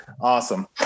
awesome